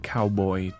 Cowboy